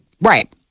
Right